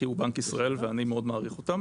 כי הוא בנק ישראל - ואני מאוד מעריך אותם